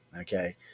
Okay